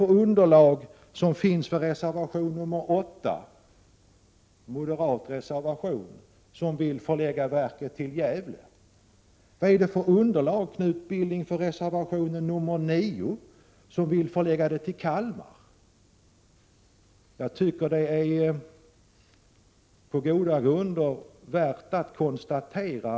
Vilket underlag finns för den moderata reservationen, nr 8? I den reservationen föreslås att verket skall utlokaliseras till Gävle. Vilket underlag, Knut Billing, finns för reservation 9 i vilken föreslås att verket skall utlokaliseras till Kalmar?